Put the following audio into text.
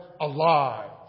alive